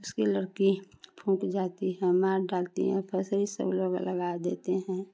उसकी लड़की छोटी जाति का मार डालती है फसरी सब लगा लगा देते हैं